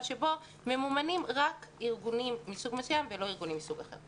שבו ממומנים רק ארגונים מסוג מסוים ולא ארגונים מסוג אחר.